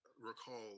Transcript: recall